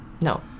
No